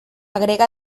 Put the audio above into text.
agrega